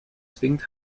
zwingt